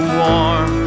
warm